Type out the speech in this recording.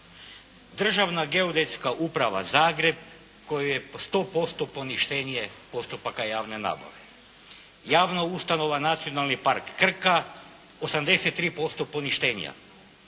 Državna geodetska uprava Zagreb koju je 100% poništenje postupaka javne nabave. Javna ustanova Nacionalni park Krka 83% poništenja,